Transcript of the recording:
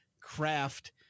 craft